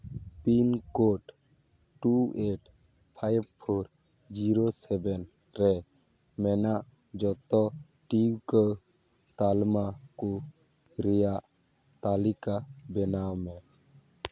pin code two eight five four zero seven ᱨᱮ ᱢᱮᱱᱟᱜ ᱡᱚᱛᱚ ᱴᱤᱠᱟᱹ ᱛᱟᱞᱢᱟ ᱠᱚ ᱨᱮᱭᱟᱜ ᱛᱟᱹᱞᱤᱠᱟ ᱵᱮᱱᱟᱣ ᱢᱮ